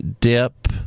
dip